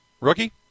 Rookie